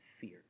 fear